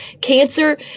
Cancer